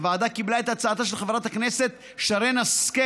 הוועדה קיבלה את הצעתה של חברת הכנסת שרן השכל